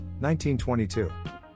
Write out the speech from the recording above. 1922